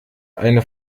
eine